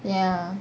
ya